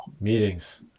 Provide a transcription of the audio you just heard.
Meetings